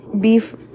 beef